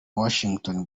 washington